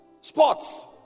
Sports